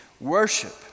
worship